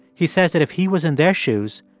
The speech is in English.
he says that if he was in their shoes,